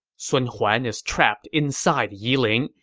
sun huan is trapped inside yiling,